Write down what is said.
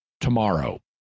tomorrow